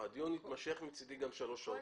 הדיון מצדי יכול להימשך גם שלוש שעות.